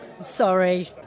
sorry